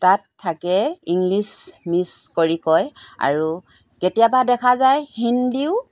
তাত থাকে English mix কৰি কয় আৰু কেতিয়াবা দেখা যায় হিন্দীও